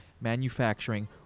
manufacturing